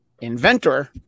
inventor